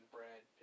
Brad